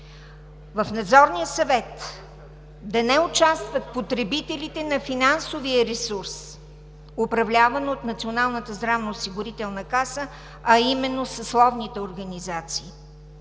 В Надзорния съвет да не участват потребителите на финансовия ресурс, управляван от Националната здравноосигурителна каса, а именно съсловните организации.